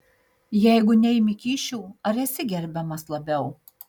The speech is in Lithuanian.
jeigu neimi kyšių ar esi gerbiamas labiau